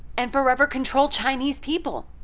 and forever control chinese people,